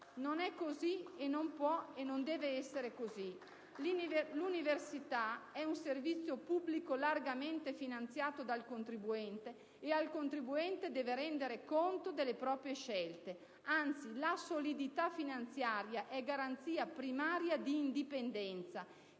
Non è così, e non può e non deve essere così. L'università è un servizio pubblico largamente finanziato dal contribuente, e al contribuente deve rendere conto delle proprie scelte. Anzi, la solidità finanziaria è garanzia primaria di indipendenza: